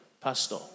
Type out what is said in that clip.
Pastor